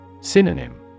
Synonym